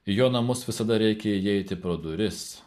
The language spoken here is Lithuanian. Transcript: į jo namus visada reikia įeiti pro duris